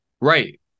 Right